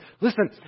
Listen